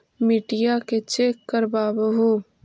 मिट्टीया के चेक करबाबहू?